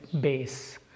base